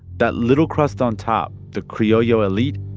that little crust on top the criollo elite,